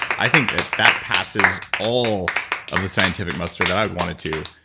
i think that that passes all of the scientific muster that i would want it to.